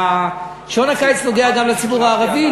ושעון הקיץ נוגע גם לציבור הערבי,